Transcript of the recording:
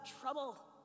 trouble